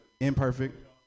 Imperfect